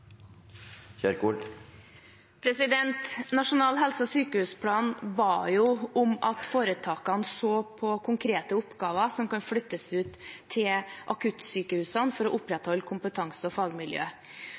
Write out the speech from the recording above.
Nasjonal helse- og sykehusplan ba om at foretakene så på konkrete oppgaver som kunne flyttes ut til akuttsykehusene for å